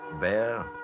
bear